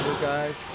guys